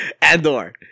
Andor